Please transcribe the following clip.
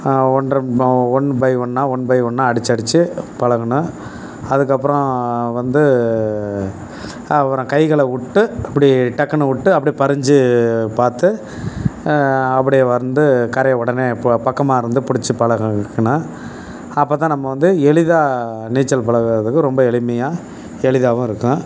ஒன்ற ப one by ஒன்றா ஒன் பை ஒன்றா அடிச்சு அடிச்சு பழகணும் அதுக்கப்பறம் வந்து அப்பறம் கைகளை விட்டு அப்படி டக்குன்னு விட்டு அப்படியே பரிஞ்சி பார்த்து அப்படியே வந்து கரையை உடனே இப்போது பக்கமாக இருந்து பிடிச்சிப் பழகிக்கணும் அப்போ தான் நம்ம வந்து எளிதாக நீச்சல் பழகறதுக்கு ரொம்ப எளிமையாக எளிதாகவும் இருக்கும்